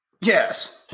Yes